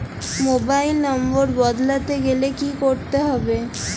Mobile number বদলাতে গেলে কি করতে হবে?